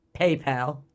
PayPal